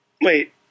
Wait